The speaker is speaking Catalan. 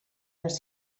les